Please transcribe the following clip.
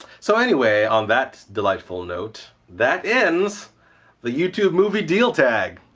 so, anyway, on that delightful note, that ends the youtube movie deal tag!